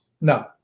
No